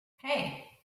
hey